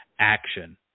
action